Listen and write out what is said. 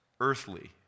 earthly